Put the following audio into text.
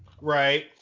Right